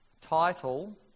Title